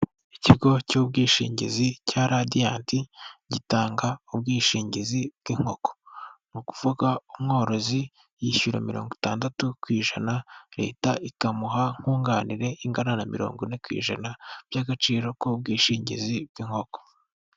Ikigo cy'ubwishingizi cya Radiant gitanga ubwishingizi bw'inkoko, ni ukuvuga umworozi yishyura mirongo itandatu ku ijana Leta ikamuha nkunganire ingana na mirongo ine ku ijana by'agaciro k'ubwishingizi bw'inkoko.